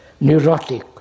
neurotic